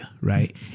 Right